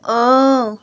اۭں